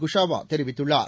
குஷாவா தெரிவித்துள்ளார்